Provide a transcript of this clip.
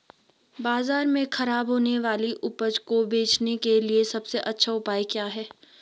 बाजार में खराब होने वाली उपज को बेचने के लिए सबसे अच्छा उपाय क्या हैं?